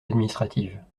administratives